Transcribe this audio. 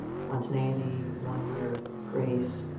spontaneity, wonder, grace,